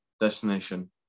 destination